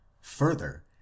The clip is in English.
Further